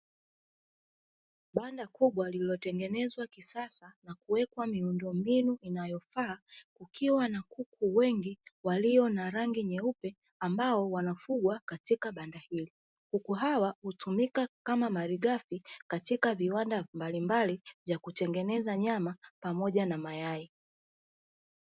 Banda kubwa lililotetengenezwa kisasa na kuwekwa miundombinu inayofaa kukiwa na kuku wengi walio na rangi nyeupe ambao wanafugwa katika banda hili, kuku hawa hutumika kama malighafi katika viwanda mbalimbali vya kutengeneza nyama pamoja na mayai.